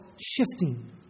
shifting